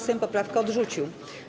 Sejm poprawkę odrzucił.